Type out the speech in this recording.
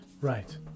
Right